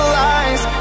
lies